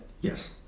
Yes